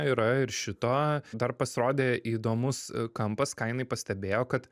yra ir šito dar pasirodė įdomus kampas ką jinai pastebėjo kad